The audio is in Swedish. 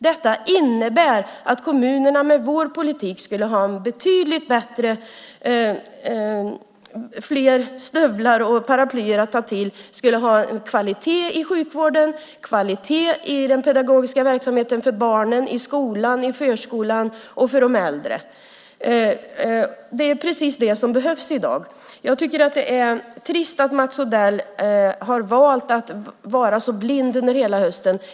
Detta innebär att kommunerna med vår politik skulle ha betydligt fler stövlar och paraplyer att ta till. De skulle ha en kvalitet i sjukvården, i den pedagogiska verksamheten för barnen i skolan och i förskolan och även inom äldreomsorgen. Det är precis det som behövs i dag, och jag tycker att det är trist att Mats Odell har valt att vara så blind under hela hösten.